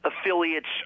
affiliates